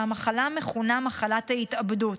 שהמחלה מכונה מחלת ההתאבדות,